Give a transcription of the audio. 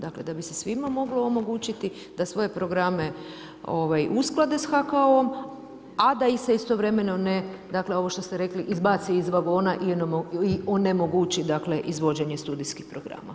Dakle, da bi se svima mogli omogućiti da svoje programe usklade sa HKOM, a da im se istovremeno ne dakle, ovo što ste rekli, izbaci iz vagona i onemogući dakle, izvođenje studijskih programa.